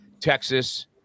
Texas